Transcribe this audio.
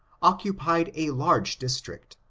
occupied a large district,